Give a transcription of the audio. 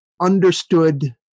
understood